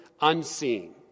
unseen